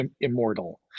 immortal